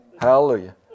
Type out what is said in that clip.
hallelujah